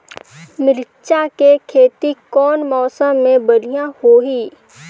मिरचा के खेती कौन मौसम मे बढ़िया होही?